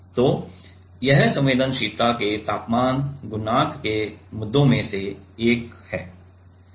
तो यह संवेदनशीलता के तापमान गुणांक के मुद्दों में से एक है